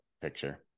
picture